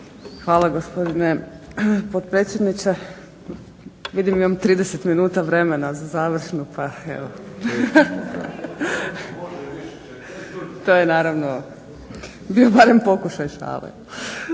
Hvala gospodine potpredsjedniče. Vidim imam 30 minuta vremena za završnu, pa evo. To je naravno bio barem pokušaj šale.